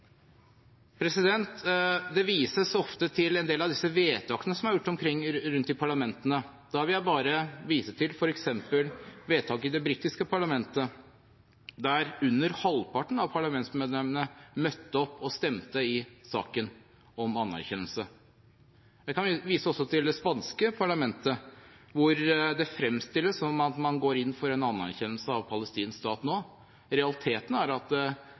Det vises ofte til en del av disse vedtakene som er gjort rundt omkring i parlamentene. Da vil jeg bare vise til f.eks. vedtak i det britiske parlamentet, der under halvparten av parlamentsmedlemmene møtte opp og stemte i saken om anerkjennelse. Jeg kan også vise til det spanske parlamentet, hvor det fremstilles som at man går inn for en anerkjennelse av palestinsk stat nå. Realiteten er at